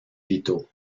vito